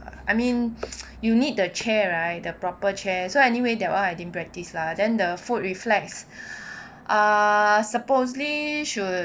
I mean you need the chair right the proper chair so anyway that one I didn't practice lah then the foot reflex ah supposedly should